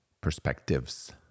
perspectives